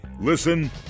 Listen